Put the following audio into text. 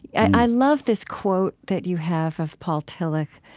i love this quote that you have of paul tillich.